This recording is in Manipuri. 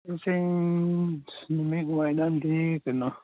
ꯅꯨꯡꯊꯤꯜ ꯅꯨꯃꯤꯠꯋꯥꯏꯔꯝꯗꯤ ꯀꯩꯅꯣ